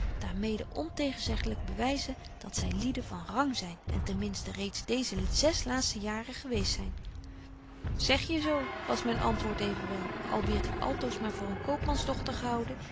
mede ontegenzeggelyk bewyzen dat zy lieden van rang zyn en ten minsten reeds deeze zes laatste jaren geweest zyn zeg je zo was myn antwoord evenwel al wierd ik altoos maar voor een koopmans dochter gebetje